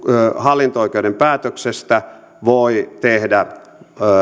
hallinto oikeuden päätöksestä voi tehdä